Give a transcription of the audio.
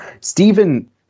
Stephen